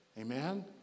Amen